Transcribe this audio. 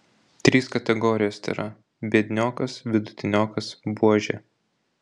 trys kategorijos tėra biedniokas vidutiniokas buožė